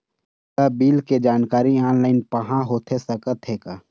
मोला बिल के जानकारी ऑनलाइन पाहां होथे सकत हे का?